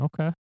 okay